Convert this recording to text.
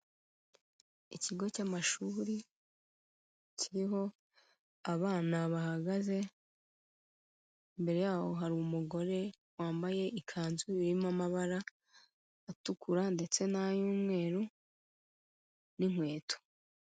Ikigo cy'amashuri kiriho abana bahagaze, imbere yaho hari umugore wambaye ikanzu irimo amabara atukura ndetse n'ay'umweru n'inkweto.